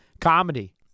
comedy